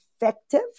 effective